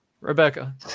Rebecca